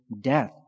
death